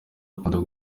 akunda